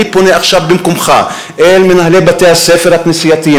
אני פונה עכשיו במקומך אל מנהלי בתי-הספר הכנסייתיים